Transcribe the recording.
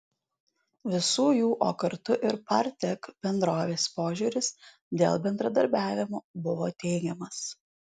visų jų o kartu ir partek bendrovės požiūris dėl bendradarbiavimo buvo teigiamas